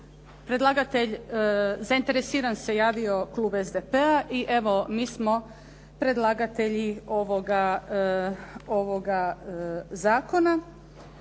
zainteresiran se javio klub SDP-a i evo mi smo predlagatelji ovoga zakona.